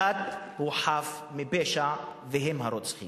הדת חפה מפשע והם הרוצחים.